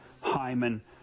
hyman